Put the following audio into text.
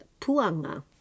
puanga